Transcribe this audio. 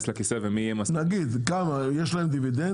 לכיסא ומי -- נגיד כמה יש להם דיבידנד?